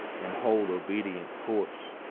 and hold obedient course?